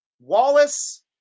Wallace